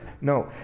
no